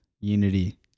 unity